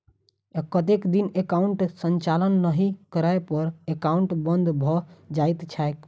कतेक दिन एकाउंटक संचालन नहि करै पर एकाउन्ट बन्द भऽ जाइत छैक?